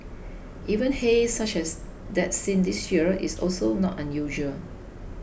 even haze such as that seen this year is also not unusual